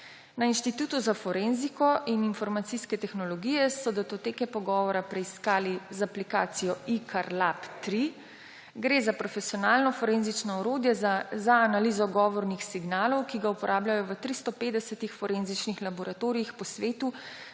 »Na Inštitutu za forenziko in informacijske tehnologije so datoteke pogovora preiskali z aplikacijo IKAR Lab 3 – gre za profesionalno forenzično orodje za analizo govornih signalov, ki ga uporabljajo v 350 forenzičnih laboratorijih po svetu,